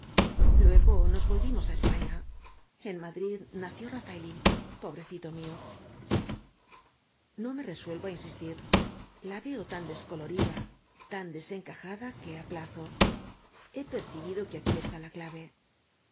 luego nos volvimos á españa en madrid nació rafaelín pobrecito mío no me resuelvo á insistir la veo tan descolorida tan desencajada que aplazo he percibido que aquí está la clave